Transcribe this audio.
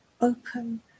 open